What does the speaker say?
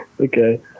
Okay